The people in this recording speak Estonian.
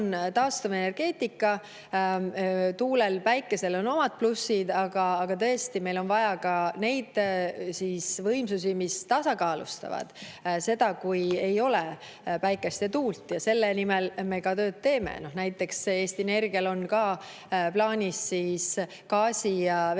taastuvenergeetika. Tuulel ja päikesel on omad plussid, aga tõesti, meil on vaja ka neid võimsusi, mis tasakaalustavad seda, kui ei ole päikest ja tuult, ja selle nimel me tööd teeme. Näiteks Eesti Energial on ka plaanis gaasi ja